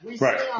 Right